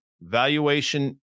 Valuation